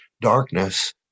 darkness